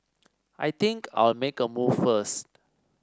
I think I'll make a move first